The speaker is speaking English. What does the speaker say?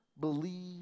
believe